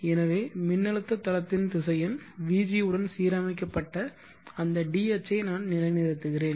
எனவே மின்னழுத்த தளத்தின் திசையன் vg உடன் சீரமைக்கப்பட்ட அந்த d அச்சை நான் நிலைநிறுத்துகிறேன்